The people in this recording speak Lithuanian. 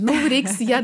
na reiks ją